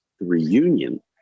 reunion